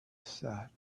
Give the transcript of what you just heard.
sat